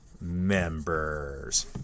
members